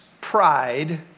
pride